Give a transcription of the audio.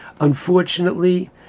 unfortunately